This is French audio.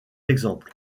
exemples